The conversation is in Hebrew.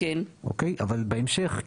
אבל בהמשך,